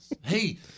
Hey